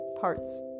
parts